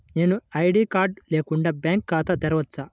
నేను ID card లేకుండా bank ఖాతా తెరవచ్చా?